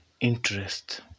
interest